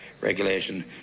Regulation